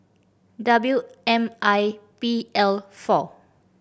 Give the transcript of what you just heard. W M I P L four